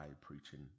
preaching